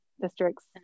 districts